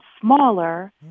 smaller